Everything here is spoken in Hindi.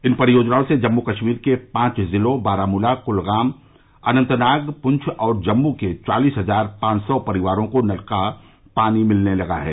इन परियोजनाओं से जम्मू कश्मीर के पांच जिलों बारामुला कुलगाम अनन्तनाग पुंछ और जम्मू के चालीस हजार पांच सौ परिवारों को नल का पानी मिलने लगा है